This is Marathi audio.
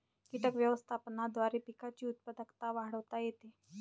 कीटक व्यवस्थापनाद्वारे पिकांची उत्पादकता वाढवता येते